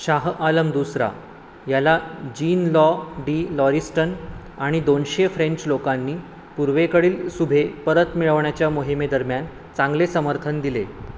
शाह आलम दुसरा याला Jean Law de Lauriston आणि दोनशे फ्रेंच लोकांनी पूर्वेकडील सुभे परत मिळवण्याच्या मोहिमे दरम्यान चांगले समर्थन दिले